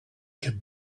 could